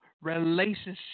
relationship